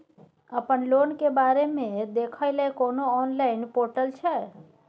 अपन लोन के बारे मे देखै लय कोनो ऑनलाइन र्पोटल छै?